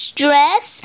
dress